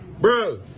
Bro